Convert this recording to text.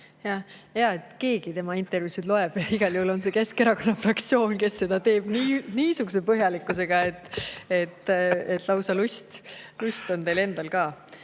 et keegi tema intervjuusid loeb. (Naerab.) Igal juhul on see Keskerakonna fraktsioon, kes seda teeb niisuguse põhjalikkusega, et lausa lust! Lust on teil endal ka!